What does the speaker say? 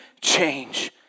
change